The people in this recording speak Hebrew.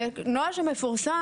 קלאודיה, זה נוהל שמפורסם